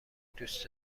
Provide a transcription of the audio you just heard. دوس